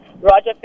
Roger